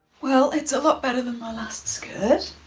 well, it's a lot better than my last skirt,